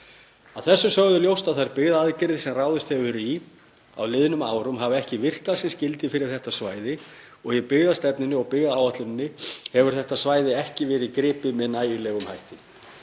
Að þessu sögðu er ljóst að þær byggðaaðgerðir sem ráðist hefur verið í á liðnum árum hafa ekki virkað sem skyldi fyrir þetta svæði og í byggðastefnunni og byggðaáætluninni hefur þetta svæði ekki verið gripið með nægilegum hætti.